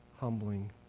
humbling